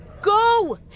Go